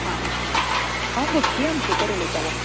हां हांव भक्ती आमशेकर उलयतालें